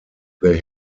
they